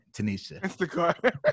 Tanisha